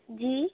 جی